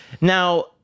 now